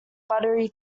buttery